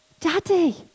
Daddy